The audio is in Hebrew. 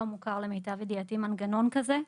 לא מוכר למיטב ידיעתי מנגנון כזה.